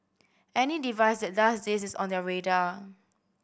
any device that does this is on their radar